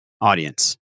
audience